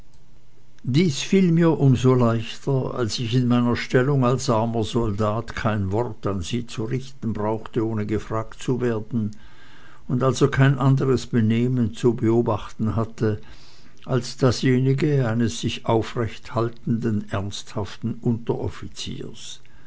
dies fiel mir um so leichter als ich in meiner stellung als armer soldat kein wort an sie zu richten brauchte ohne gefragt zu werden und also kein anderes benehmen zu beobachten hatte als dasjenige eines sich aufrecht haltenden ernsthaften unteroffiziers